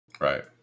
Right